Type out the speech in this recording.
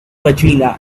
regina